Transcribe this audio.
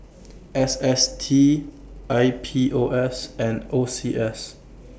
S S T I P O S and O C S